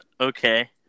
okay